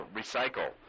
recycle